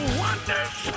wonders